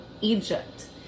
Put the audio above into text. egypt